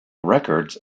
records